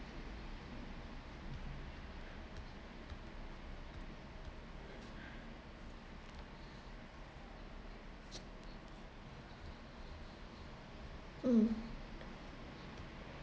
mm